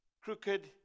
crooked